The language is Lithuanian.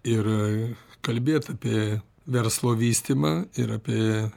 ir kalbėti apie verslo vystymą ir apie